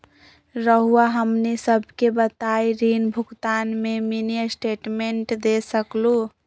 रहुआ हमनी सबके बताइं ऋण भुगतान में मिनी स्टेटमेंट दे सकेलू?